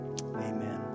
amen